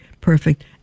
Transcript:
perfect